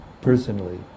personally